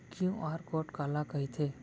QR code काला कहिथे?